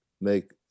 make